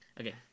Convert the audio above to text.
okay